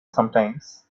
sometimes